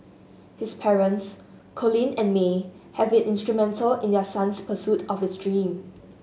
his parents Colin and May have been instrumental in their son's pursuit of his dream